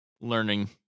Learning